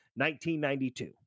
1992